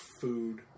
food